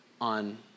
on